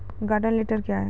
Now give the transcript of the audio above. Garden tiller क्या हैं?